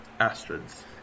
Astrid's